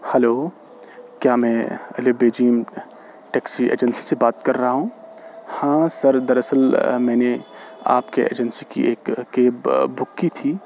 hello کیا میں الف بے جیم ٹیکسی ایجنسی سے بات کر رہا ہوں ہاں سر دراصل میں نے آپ کے ایجنسی کی ایک کیب بک کی تھی